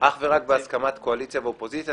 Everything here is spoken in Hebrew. --- אך ורק בהסכמת קואליציה ואופוזיציה.